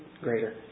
greater